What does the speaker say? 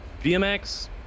BMX